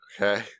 Okay